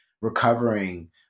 recovering